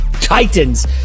Titans